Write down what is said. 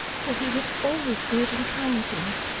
for he was always good and kind to me.